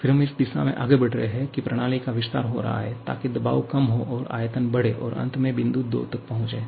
फिर हम इस दिशा में आगे बढ़ रहे हैं कि प्रणाली का विस्तार हो रहा है ताकि दबाव कम हो और आयतन बढ़े और अंत में बिंदु 2 तक पहुंचे